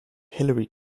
hillary